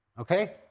Okay